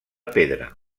pedra